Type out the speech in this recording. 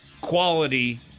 quality